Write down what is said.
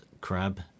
crab